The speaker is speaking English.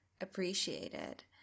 appreciated